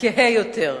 הכהה יותר.